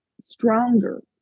stronger